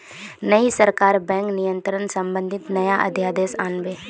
नई सरकार बैंक नियंत्रण संबंधी नया अध्यादेश आन बे